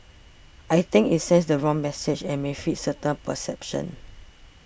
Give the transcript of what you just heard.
I think it sends the wrong message and may feed certain perceptions